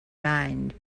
mind